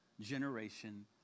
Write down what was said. generation